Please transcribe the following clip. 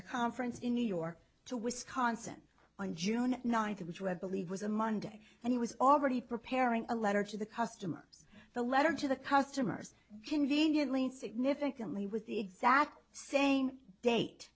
the conference in new york to wisconsin on june ninth which we believe was a monday and he was already preparing a letter to the customers the letter to the customers conveniently significantly with the exact same date